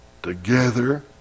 Together